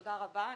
תודה רבה.